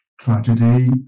tragedy